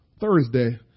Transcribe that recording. Thursday